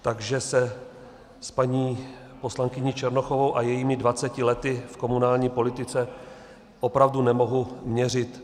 Takže se s paní poslankyní Černochovou a jejími dvaceti lety v komunální politice opravdu nemohu měřit.